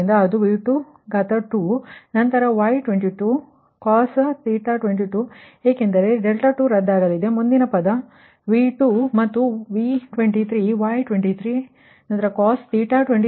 ಆದ್ದರಿಂದ ಅದು 2 ನಂತರ Y22 ನಂತರ cos ಏಕೆಂದರೆ 2ರದ್ದಾಗಲಿದ್ದು ಮುಂದಿನ ಪದ V2 ಮತ್ತು V23 Y23 ನಂತರ cos 23 23 ಆಗುವುದು